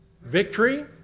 victory